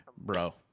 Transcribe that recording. Bro